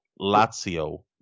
Lazio